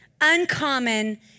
uncommon